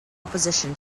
opposition